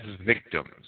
victims